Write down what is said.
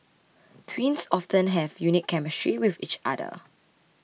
twins often have a unique chemistry with each other